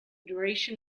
duration